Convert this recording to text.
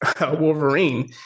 Wolverine